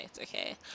okay